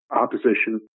opposition